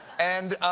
and,